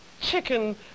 chicken